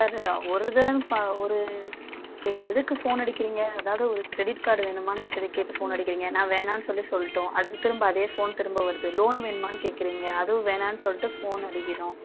sir ஒரு தடவ ப ஒரு எதுக்கு ஃபோன் அடிக்கிறிங்க அதாவது ஒரு கிரெடிட் கார்ட் வேணுமா சரி கேட்டு ஃபோன் அடிக்கிறிங்க நான் வேணாம்னு சொல்லி சொல்லிட்டோம் அதுக்கு திரும்ப அதே ஃபோன் திரும்ப வருது லோன் வேணுமான்னு கேட்குறிங்க அதுவும் வேணாம்னு சொல்லிட்டு ஃபோன் அடிக்கிறோம்